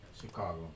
Chicago